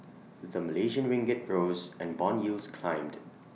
the Malaysian ringgit rose and Bond yields climbed